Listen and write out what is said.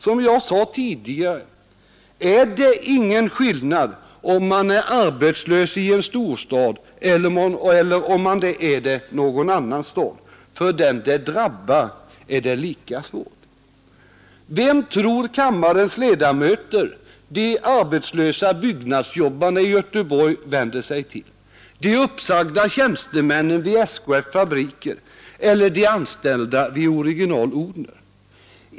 Som jag sade tidigare är det ingen skillnad om man är arbetslös i en storstad eller om man är det någon annanstans. För den det drabbar är det lika svårt. Vem tror kammarens ledamöter att de arbetslösa byggnadsjobbarna i Göteborg vänder sig till, de uppsagda tjänstemännen vid SKF:s fabriker eller de anställda vid Original-Odhner?